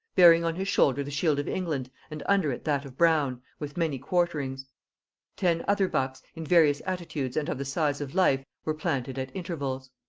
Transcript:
bearing on his shoulder the shield of england and under it that of brown with, many quarterings ten other bucks, in various attitudes and of the size of life, were planted at intervals.